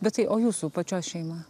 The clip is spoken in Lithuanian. bet tai o jūsų pačios šeima